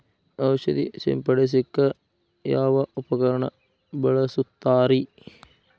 ಔಷಧಿ ಸಿಂಪಡಿಸಕ ಯಾವ ಉಪಕರಣ ಬಳಸುತ್ತಾರಿ?